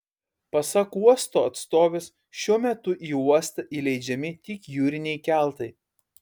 pasak uosto atstovės šiuo metu į uostą įleidžiami tik jūriniai keltai